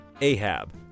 Ahab